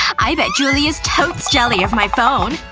i bet julie is totes jelly of my phone